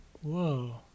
Whoa